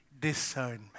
discernment